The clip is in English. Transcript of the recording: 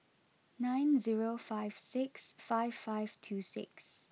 nine zero five six five five two six